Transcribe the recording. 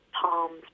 palms